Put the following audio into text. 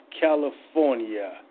California